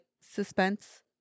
suspense